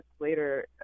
later